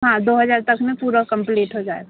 हाँ दो हजार तक में पूरा कंप्लीट हो जाएगा